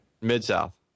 Mid-South